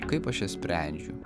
kaip aš ją sprendžiu